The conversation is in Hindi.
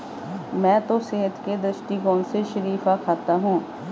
मैं तो सेहत के दृष्टिकोण से शरीफा खाता हूं